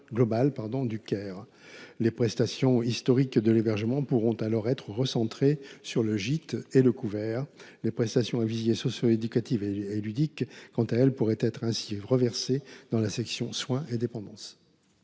Les prestations historiques de l’hébergement pourront alors être recentrées sur le gîte et le couvert. Les prestations à visée socio éducatives et ludiques, quant à elles, pourraient ainsi être reversées dans la section « soins et dépendance